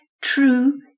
True